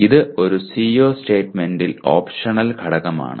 ഇത് ഒരു CO സ്റ്റേറ്റ്മെന്റിന്റെ ഓപ്ഷണൽ ഘടകമാണ്